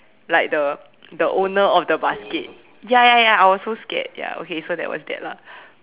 like the the owner of the basket ya ya ya I was so scared ya okay so that was that lah